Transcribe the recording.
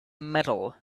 metal